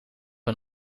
een